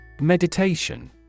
Meditation